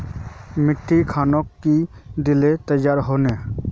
मिट्टी खानोक की दिले तैयार होने?